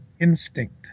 instinct